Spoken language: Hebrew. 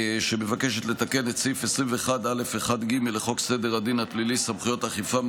שמבקשת לתקן את סעיף 21(א)(1))ג) לחוק סדר הדין הפלילי (סמכויות אכיפה,